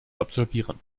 absolvieren